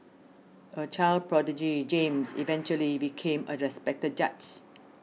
a child prodigy James eventually became a respected judge